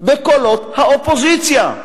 בקולות האופוזיציה.